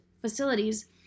facilities